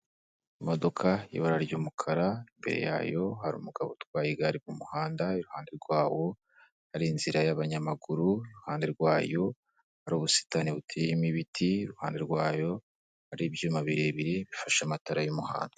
Imodoka y'ibara ry'umukara, imbere yayo hari umugabo utwaye igare ku muhanda, iruhande rwawo hari inzira y'abanyamaguru, iruhande rwayo hari ubusitani buteyemo ibiti, iruhande rwayo hari ibyuma birebire bifashe amatara y'umuhanda.